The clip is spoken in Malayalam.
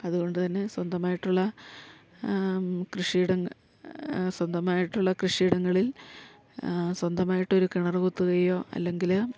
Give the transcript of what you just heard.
അതു കൊണ്ട് തന്നെ സ്വന്തമായിട്ടുള്ള കൃഷിയിട സ്വന്തമായിട്ടുള്ള കൃഷിയിടങ്ങളിൽ സ്വന്തമായിട്ടൊരു കിണറ് കുത്തുകയോ അല്ലെങ്കിൽ